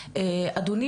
אדוני